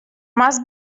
must